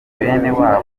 cyangwa